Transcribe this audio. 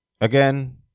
again